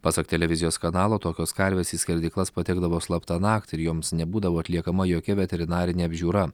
pasak televizijos kanalo tokios karvės į skerdyklas patekdavo slapta naktį joms nebūdavo atliekama jokia veterinarinė apžiūra